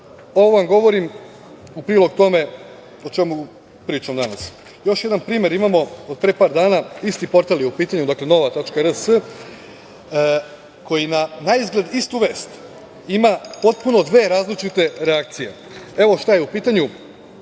ovo vam govorim u prilog tome o čemu pričam danas. Još jedan primer imamo od pre par dana, isti portal je u pitanju, dakle, nova.rs, koji na naizgled istu vest ima potpuno dve različite reakcije, evo šta je u pitanju.